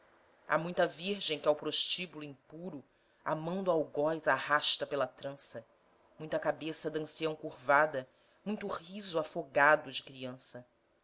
há muita virgem que ao prostíbulo impuro a mão do algoz arrasta pela trança muita cabeça d'ancião curvada muito riso afogado de criança